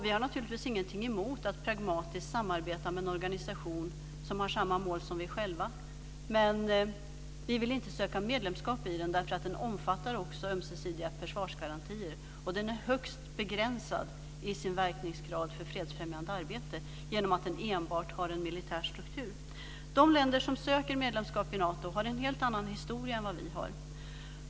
Vi har naturligtvis ingenting emot att pragmatiskt samarbeta med en organisation som har samma mål som vi själva. Men vi vill inte söka medlemskap i den, för den omfattar också ömsesidiga försvarsgarantier. Den är högst begränsad i sin verkningsgrad för fredsfrämjande arbete genom att den enbart har en militär struktur. De länder som söker medlemskap i Nato har en helt annan historia än vi har.